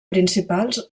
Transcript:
principals